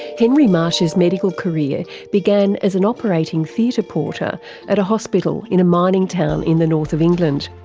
henry marsh's medical career began as an operating theatre porter at a hospital in a mining town in the north of england.